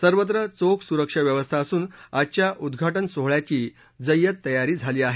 सर्वत्र चोख सुरक्षा व्यवस्था असून आजच्या उद्घाटन सोहळ्याची जय्यत तयारी झाली आहे